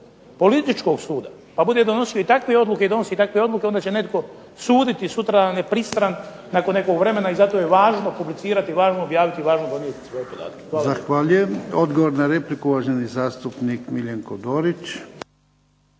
političkog suda, pa bude donosio i takve odluke i donosi takve odluke onda će netko suditi sutra nepristran nakon nekog vremena i zato je važno publicirati, važno je objaviti, važno .../Govornik